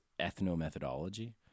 ethnomethodology